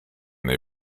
they